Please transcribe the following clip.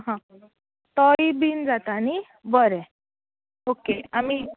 आं हां तोय बीन जाता नी बरें ओके आमी